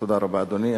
תודה רבה, אדוני.